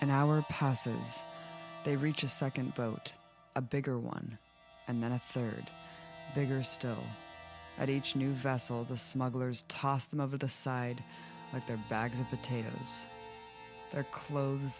an hour passes they reach a second boat a bigger one and then a third bigger stone at each new vast the smugglers toss them over the side but their bags of potatoes their clothes